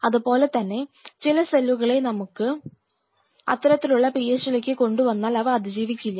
അതുപോലെതന്നെ ചില സെല്ലുകളെ നമ്മൾ അത്തരത്തിലുള്ള PH ലേക്ക് കൊണ്ടുവന്നാൽ അവ അതിജീവിക്കില്ല